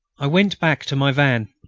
i went back to my van.